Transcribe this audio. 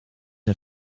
een